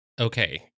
Okay